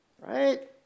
right